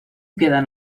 quedan